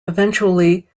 eventually